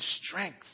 strength